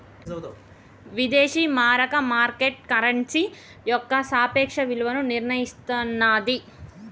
విదేశీ మారక market currency యొక్క సాపేక్ష విలువను నిర్ణయిస్తన్నాది